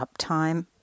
uptime